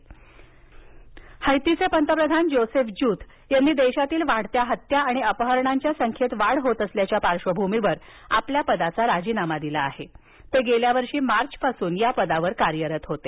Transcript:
Joseph Jouthe यांचा राजीनामा हैतीचे पंतप्रधान जोसेफ ज्यूथ यांनी देशातील वाढत्या हत्या आणि अपहरणांच्या संख्येत वाढ होत असल्याच्या पार्श्वभूमीवर आपल्या पदाचा राजिनामा दिला आहे ते गेल्या वर्षी मार्चपासून या पदावर कार्यरत होते